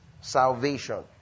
salvation